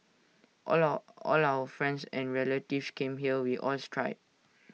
all all our friends and relatives came here we all tried